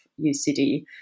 UCD